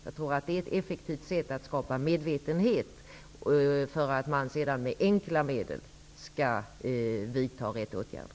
Jag tror att det är ett effektivt sätt att skapa medvetenhet för att man sedan med enkla medel skall vidta rätt åtgärder.